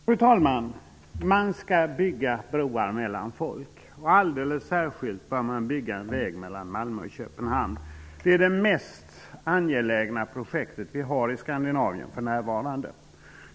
Fru talman! Man skall bygga broar mellan folk, och alldeles särskilt bör man bygga en väg mellan Malmö och Köpenhamn. Det är det mest angelägna projektet i Skandinavien för närvarande.